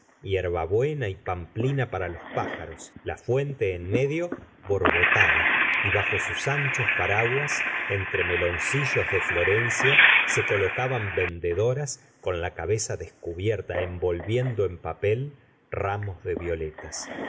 hierbabuena y pamplina para los pájaros la fuente en medio borbotabá y bajo sus anchos paraguas entre meloncillos de florencia se colocaban vendedoras con la cabeza descubierta envolviendo en papel ramos de violetas